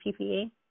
PPE